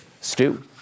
Stu